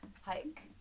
hike